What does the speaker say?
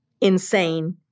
insane